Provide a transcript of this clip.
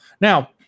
Now